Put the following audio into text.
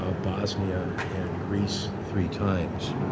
ah bosnia and greece three times.